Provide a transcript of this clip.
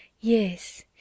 yes